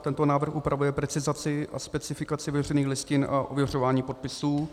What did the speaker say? Tento návrh upravuje precizaci a specifikaci veřejných listin a ověřování podpisů.